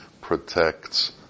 protects